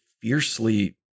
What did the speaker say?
fiercely